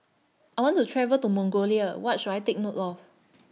I want to travel to Mongolia What should I Take note of